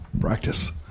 Practice